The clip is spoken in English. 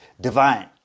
divine